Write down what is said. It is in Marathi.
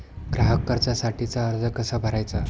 ग्राहक कर्जासाठीचा अर्ज कसा भरायचा?